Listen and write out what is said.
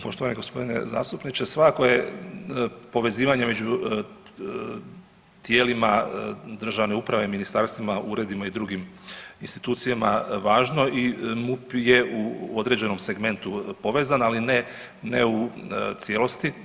Poštovani gospodine zastupniče svakako je povezivanje među tijelima državne uprave, ministarstvima, uredima i drugim institucijama važno i MUP je u određenom segmentu povezan ali ne u cijelosti.